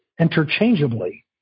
interchangeably